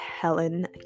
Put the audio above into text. Helen